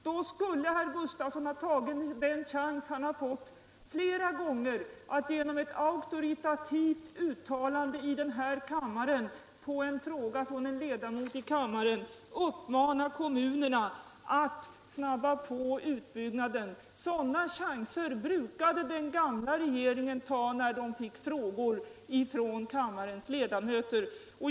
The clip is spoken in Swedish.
Då skulle herr Gustavsson ha tagit den chans som han här har fått flera gånger och genom ett auktoritativt uttalande i samband med svar på en fråga från en ledamot i kammaren ha uppmanat kommunerna att snabba på utbyggnaden. Sådana chanser brukade den gamla regeringens ledamöter alltid ta, när de fick frågor från kammarens ledamöter.